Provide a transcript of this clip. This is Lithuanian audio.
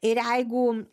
ir jeigu